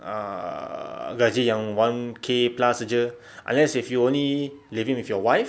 err gaji yang one K plus jer unless if you only living with your wife